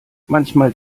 manchmal